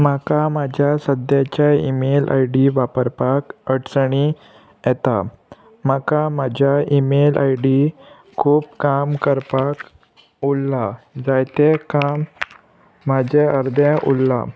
म्हाका म्हाज्या सद्याच्या ईमेल आय डी वापरपाक अडचणी येता म्हाका म्हाज्या ईमेल आय डी खूब काम करपाक उरलां जायतें काम म्हाजें अर्दें उरलां